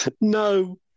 No